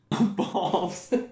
balls